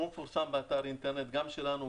הוא מפורסם באתר האינטרנט גם שלנו,